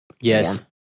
yes